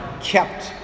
kept